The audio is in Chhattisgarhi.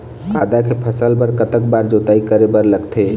आदा के फसल बर कतक बार जोताई करे बर लगथे?